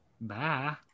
Bye